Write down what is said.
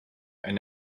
and